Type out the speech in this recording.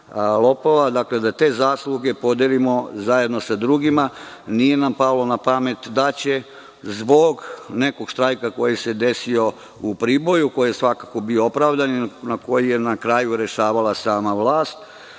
lopova podelimo zajedno sa drugima. Nije nam palo na pamet da ćemo nekim štrajkom koji se desio u Priboju, koji je svakako bio opravdana i koji je na kraju rešavala sama vlast